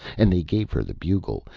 and they gave her the bugle,